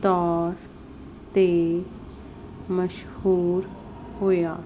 ਤੌਰ 'ਤੇ ਮਸ਼ਹੂਰ ਹੋਇਆ